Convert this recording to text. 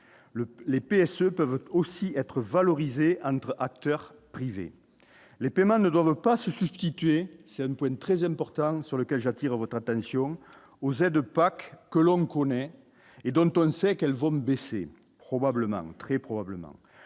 les PSE peuvent aussi être valorisé entre acteurs privés, les paiements ne doivent pas se substituer, c'est un peu une 13ème portant sur lequel j'attire votre attention aux aides PAC que l'on connaît et dont on sait qu'elles vont baisser probablement, très probablement,